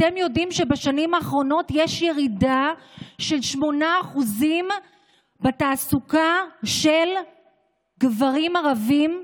אתם יודעים שבשנים האחרונות יש ירידה של 8% בתעסוקה של גברים ערבים?